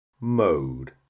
mode